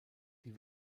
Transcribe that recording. die